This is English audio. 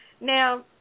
Now